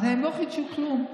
אז הם לא חידשו כלום.